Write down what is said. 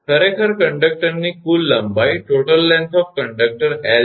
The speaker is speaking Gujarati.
ખરેખર કંડક્ટરની કુલ લંબાઈ 𝑙 છે